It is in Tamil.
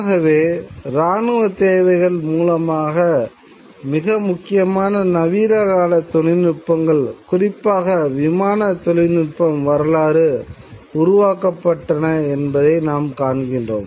ஆகவே இராணுவ தேவைகள் மூலமாக மிக முக்கியமான நவீனகால தொழில்நுட்பங்கள் குறிப்பாக விமானத் தொழில்நுட்பம் எவ்வாறு உருவாக்கப்பட்டன என்பதை நாம் காண்கிறோம்